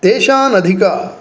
तेषाम् अधिका